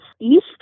east